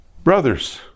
Brothers